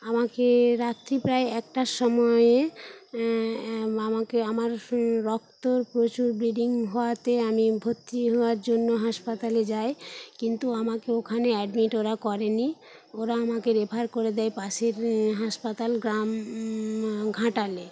আমাকে রাত্রি প্রায় একটার সময়ে আমাকে আমার রক্তর প্রচুর ব্লিডিং হওয়াতে আমি ভর্তি হওয়ার জন্য হাসপাতালে যাই কিন্তু আমাকে ওখানে অ্যাডমিট ওরা করেনি ওরা আমাকে রেফার করে দেয় পাশের হাসপাতাল গ্রাম ঘাটালে